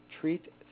Treat